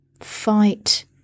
fight